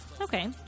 Okay